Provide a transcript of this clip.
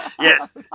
Yes